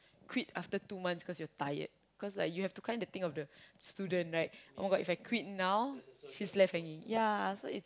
quit after two months because you're tired cause you have to kind of think of the student right [oh]-my-God If I quite not she's left hanging ya so it's